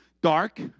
dark